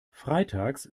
freitags